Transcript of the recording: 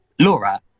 Laura